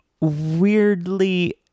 weirdly